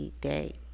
day